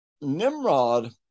Nimrod